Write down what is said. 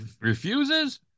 refuses